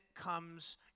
comes